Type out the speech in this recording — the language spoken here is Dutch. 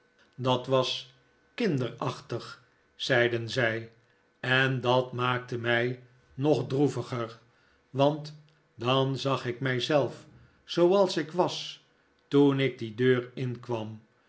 dat was kinderachtig zeiden zij en dat maakte mij nog bedroefder want dan zag ik mij zelf zooals ik was toen ik die deur inkwam